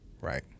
Right